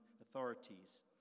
authorities